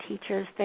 teachers